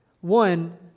One